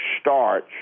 starch